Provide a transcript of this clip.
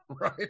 right